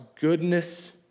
goodness